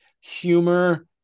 humor